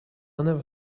never